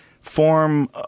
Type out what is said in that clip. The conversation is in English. form